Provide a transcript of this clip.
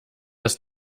ist